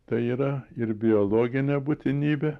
tai yra ir biologinė būtinybė